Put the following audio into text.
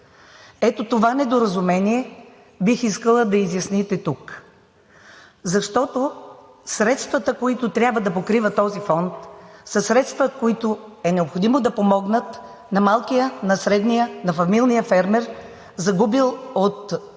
Ето това недоразумение бих искала да изясните тук, защото средствата, които трябва да покрива този фонд, са средства, които е необходимо да помогнат на малкия, на средния, на фамилния фермер, загубил от